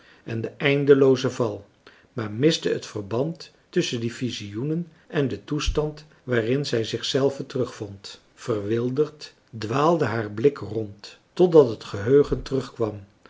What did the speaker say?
en den eindeloozen val maar miste het verband tusschen die visioenen en den toestand waarin zij zich zelve terugvond verwilderd dwaalde haar blik rond totdat het geheugen terugkwam